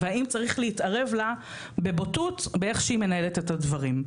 והאם צריך להתערב לה בבוטות באיך שהיא מנהלת את הדברים.